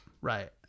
right